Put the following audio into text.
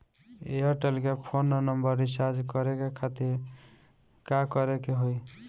Airtel के phone number recharge करे के खातिर का करे के होई?